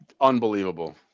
Unbelievable